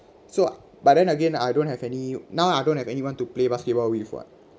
so but then again I don't have any now I don't have anyone to play basketball with [what]